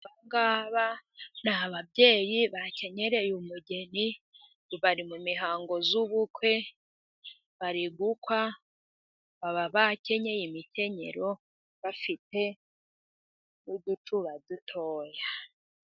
Aba ngaba ni ababyeyi bakenyereye umugeni, bari mu mihango y'ubukwe, bari gukwa, baba bakenyeye imikenyero, bafite n'uducuba dutoya.